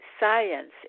Science